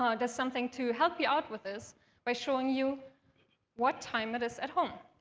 ah and something to help you out with this by showing you what time it is at home.